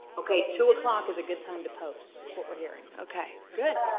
okay, two o'clock is a good time to post is what we're hearing. okay, good.